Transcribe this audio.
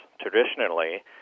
Traditionally